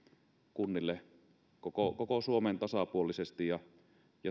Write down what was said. kunnille koko koko suomeen tasapuolisesti ja ja